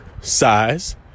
size